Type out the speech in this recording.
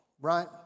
right